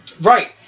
Right